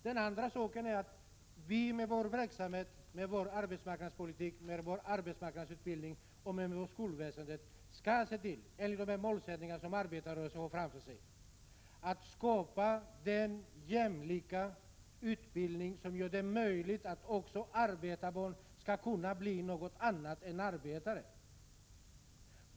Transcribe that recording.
Det andra är att vi med vår arbetsmarknadspolitik, vår arbetsmarknadsutbildning och vårt skolväsende enligt de målsättningar som arbetarrörelsen har skall se till att skapa den jämlika utbildning som gör det möjligt också för arbetarbarn att bli något annat än arbetare.